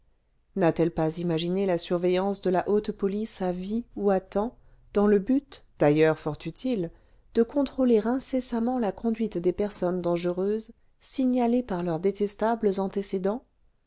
n'a-t-elle pas imaginé la surveillance de la haute police à vie ou à temps dans le but d'ailleurs fort utile de contrôler incessamment la conduite des personnes dangereuses signalées par leurs détestables antécédents